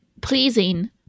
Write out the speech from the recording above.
pleasing